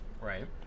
right